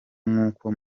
nk’uko